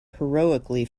heroically